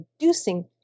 reducing